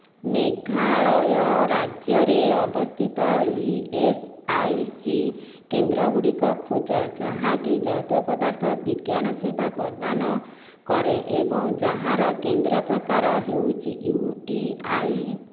ମେଘାଳୟ ରାଜ୍ୟରେ ଅବସ୍ଥିତ E S I C କେନ୍ଦ୍ରଗୁଡ଼ିକ ଖୋଜ ଯାହାକି ଜୈବ ପଦାର୍ଥ ବିଜ୍ଞାନ ସେବା ପ୍ରଦାନ କରେ ଏବଂ ଯାହାର କେନ୍ଦ୍ର ପ୍ରକାର ହେଉଛି ୟୁ ଟି ଆଇ